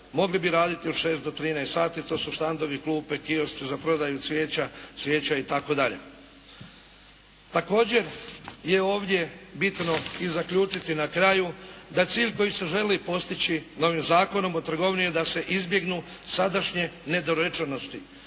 Mogli bi raditi od 6 do 13 sati, a to su štandovi, klupe, kiosci za prodaju cvijeća itd. Također je ovdje bitno i zaključiti na kraju, da cilj koji se želi postići novim Zakonom o trgovini je da se izbjegnu sadašnje nedorečenosti,